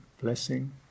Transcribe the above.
blessing